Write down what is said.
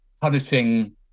punishing